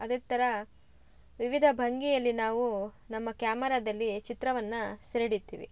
ಅದೆ ಥರ ವಿವಿಧ ಭಂಗಿಯಲ್ಲಿ ನಾವು ನಮ್ಮ ಕ್ಯಾಮರದಲ್ಲಿ ಚಿತ್ರವನ್ನು ಸೆರೆ ಹಿಡಿತಿವಿ